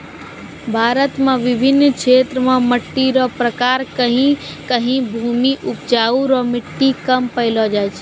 भारत मे बिभिन्न क्षेत्र मे मट्टी रो प्रकार कहीं कहीं भूमि उपजाउ रो मट्टी कम पैलो जाय छै